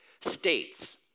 States